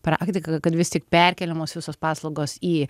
praktika kad vis tik perkeliamos visos paslaugos į